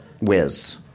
whiz